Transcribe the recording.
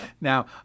Now